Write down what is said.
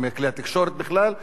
או מכלי התקשורת בכלל.